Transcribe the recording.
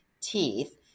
teeth